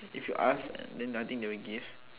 if you ask then I think they will give